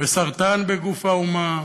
וסרטן בגוף האומה,